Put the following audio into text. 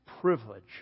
privilege